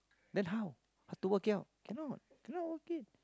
then how how to work out cannot cannot okay